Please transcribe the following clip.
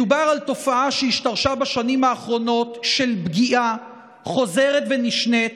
מדובר על תופעה שהשתרשה בשנים האחרונות של פגיעה חוזרת ונשנית